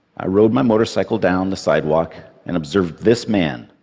i rode my motorcycle down the sidewalk and observed this man,